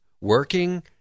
working